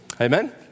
Amen